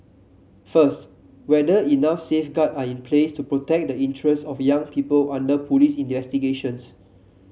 first whether enough safeguard are in place to protect the interest of young people under police investigations